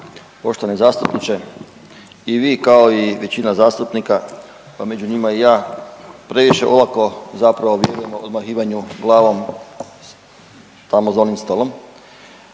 Poštovani zastupniče i vi kao i većina zastupnika pa među njima i ja previše olako zapravo vjerujemo odmahivanju glavom tamo za onim stolom